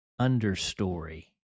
understory